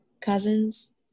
cousins